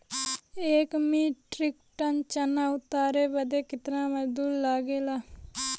एक metric ton चना उतारे बदे कितना मजदूरी लगे ला?